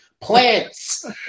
plants